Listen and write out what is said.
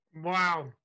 Wow